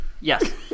Yes